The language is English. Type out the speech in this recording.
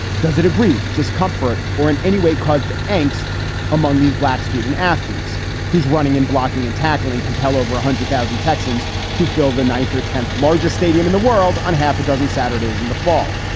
does it aggrieve discomfort or in any way caused angst among these black student athletes who's running in blocking and tackling compel over one hundred thousand texans to fill the ninth or tenth largest stadium in the world on half a dozen saturdays in the fall?